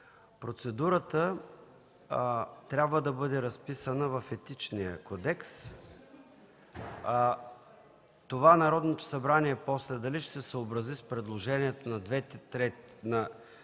процедурата трябва да бъде разписана в Етичния кодекс, а това Народното събрание после дали ще се съобрази с предложенията на две